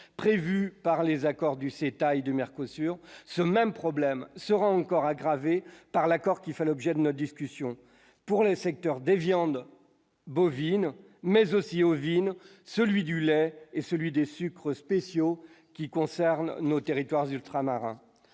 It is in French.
prévus par les accords du CETA et du Mercosur ce même problème sera encore aggravée par l'accord, qui fait l'objet de nos discussions, pour les secteurs des viandes bovines mais aussi ovine, celui du lait et celui des sucres spéciaux qui concernent nos territoires ultramarins